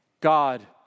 God